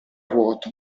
vuoto